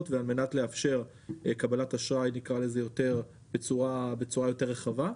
ועל מנת לאפשר קבלת אשראי בצורה יותר רחבה.